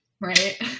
right